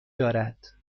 دارد